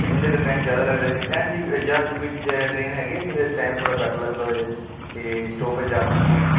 ਅੱਛਾ ਜੀ ਇਹਦੇ 'ਤੇ ਟਾਈਮ ਜ਼ਿਆਦਾ ਲੱਗਦਾ ਜਾਂ ਐਨ ਜਾਂ ਜੇ ਕੋਈ ਟ੍ਰੇਨ ਹੈਗੀ ਹੈ ਜਿਹਦੇ 'ਤੇ ਥੋੜ੍ਹਾ ਘੱਟ ਲੱਗਦਾ ਹੋਏ ਅਤੇ ਸਟੋਪੇਜ ਜ਼ਿਆਦਾ ਨਾ ਹੋਣ